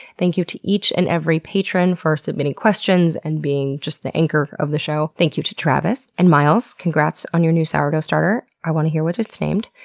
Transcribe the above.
thank you to each and every patron for submitting questions and being the anchor of the show. thank you to travis. and miles, congrats on your new sourdough starter. i wanna hear what it's named.